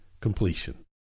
completion